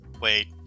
Wait